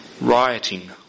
Rioting